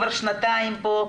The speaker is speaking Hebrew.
הוא כבר שנתיים פה,